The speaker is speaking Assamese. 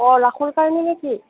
অঁ ৰাসৰ কাৰণে নেকি